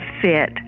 fit